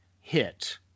hit